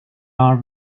are